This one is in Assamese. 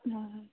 অঁ